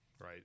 right